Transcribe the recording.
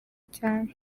cyane